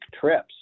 trips